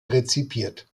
rezipiert